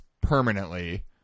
permanently